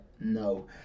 no